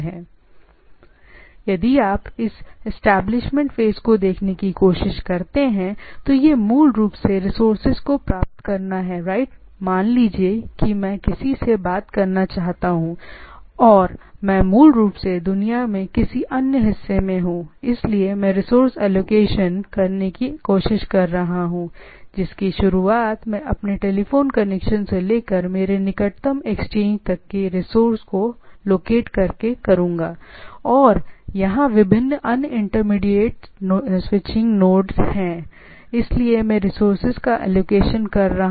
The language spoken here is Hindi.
या दूसरे शब्दों में यदि आप इस एस्टेब्लिशमेंट फेस को देखने की कोशिश करते हैं तो मूल रूप से रिसोर्सेज को प्राप्त करना है राइट मान लीजिए कि मैं किसी से बात करना चाहता हूं तो मैं मूल रूप से दुनिया के किसी अन्य हिस्से में हूं इसलिए मैं जो करने की कोशिश कर रहा हूं वह एलोकेटेड है मेरे टेलीफोन कनेक्शन से शुरू होने से लेकर मेरे निकटतम एक्सचेंज तक के रिसोर्स और विभिन्न अन्य इंटरमीडिएट स्विचिंग नोड हैं इसलिए मैं रिसोर्सेज का एलोकेशन कर रहा हूं